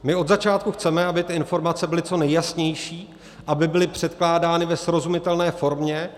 My od začátku chceme, aby ty informace byly co nejjasnější, aby byly předkládány ve srozumitelné formě.